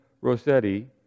Rossetti